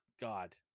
God